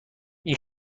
این